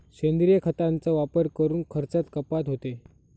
सेंद्रिय खतांचा वापर करून खर्चात कपात होते